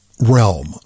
realm